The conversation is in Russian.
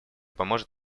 поможет